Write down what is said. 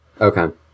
Okay